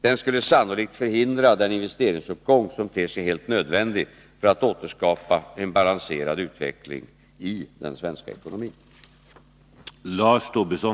Den skulle sannolikt förhindra den investeringsuppgång som ter sig helt nödvändig för att återskapa en balanserad utveckling i den svenska ekonomin.